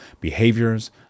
behaviors